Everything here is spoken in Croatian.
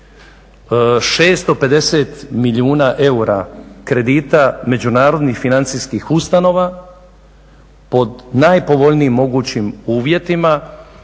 650 milijuna eura kredita međunarodnih financijskih ustanova pod najpovoljnijim mogućim uvjetima